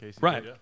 Right